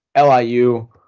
LIU